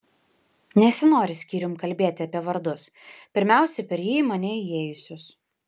nesinori skyrium kalbėti apie vardus pirmiausia per jį į mane įėjusius